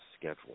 schedule